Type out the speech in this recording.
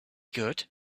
good